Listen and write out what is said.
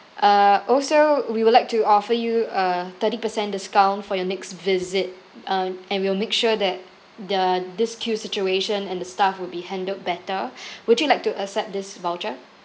uh also we would like to offer you a thirty percent discount for your next visit uh and we'll make sure that the this queue situation and the staff will be handled better would you like to accept this voucher